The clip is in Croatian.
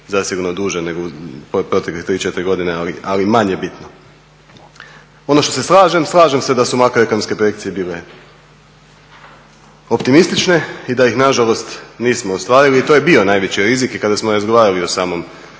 zasigurno duže nego u protekle 3, 4 godine, ali manje bitno. Ono što se slažem, slažem se da su makroekonomske projekcije bile optimistične i da ih nažalost nismo ostvarili, to je bio najveći rizik i kada smo razgovarali o samom